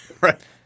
Right